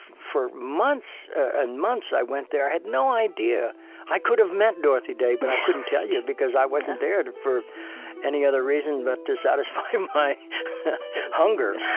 for months and months i went there. i had no idea i could've met dorothy day, but i couldn't tell you, because i wasn't there for any other reason but to satisfy my hunger.